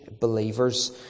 believers